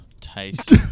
taste